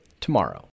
tomorrow